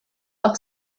auch